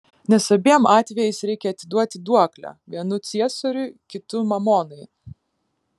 nes abiem atvejais reikia atiduoti duoklę vienu ciesoriui kitu mamonai